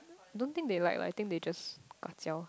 don't think they like lah I think they just kacau